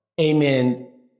amen